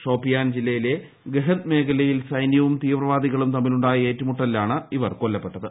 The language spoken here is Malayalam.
ഷോപ്പിയാൻ ജില്ലയിലെ ഗഹന്ദ് മേഖലയിൽ സൈനൃവും തീവ്ര വാദികളും തമ്മിലുണ്ടായ ഏറ്റുമുട്ടലിലാണ് ഇവർ കൊല്ലപ്പെട്ടത്